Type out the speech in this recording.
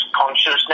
consciousness